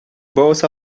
both